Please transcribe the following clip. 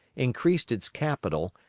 increased its capital,